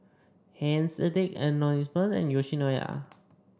Heinz Addicts Anonymous and Yoshinoya